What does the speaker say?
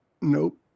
Nope